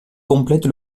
complètent